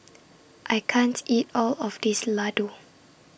I can't eat All of This Ladoo